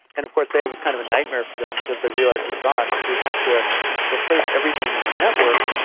and of course it was kind of a nightmare for them because they realised, oh gosh, if we have to replace everything in our network,